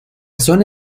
zona